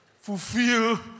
Fulfill